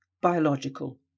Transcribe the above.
Biological